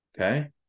okay